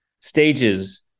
stages